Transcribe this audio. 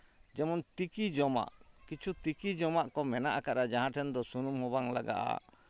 ᱡᱮᱢᱚᱱ ᱛᱤᱠᱤ ᱡᱚᱢᱟᱜ ᱠᱤᱪᱷᱩ ᱛᱤᱠᱤ ᱡᱚᱢᱟᱜ ᱠᱚ ᱢᱮᱱᱟᱜ ᱟᱠᱟᱫᱟ ᱡᱟᱦᱟᱸ ᱴᱷᱮᱱ ᱫᱚ ᱥᱩᱱᱩᱢ ᱦᱚᱸ ᱵᱟᱝ ᱞᱟᱜᱟᱜᱼᱟ